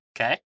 Okay